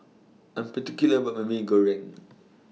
I'm particular about My Mee Goreng